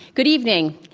good evening,